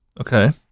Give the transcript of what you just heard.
Okay